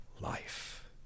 life